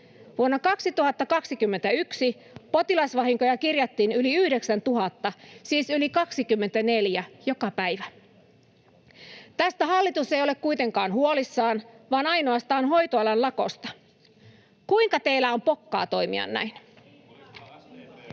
Vuonna 2021 potilasvahinkoja kirjattiin yli 9 000, siis yli 24 joka päivä. Tästä hallitus ei ole kuitenkaan huolissaan, vaan ainoastaan hoitoalan lakosta. Kuinka teillä on pokkaa toimia näin?